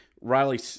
Riley